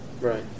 Right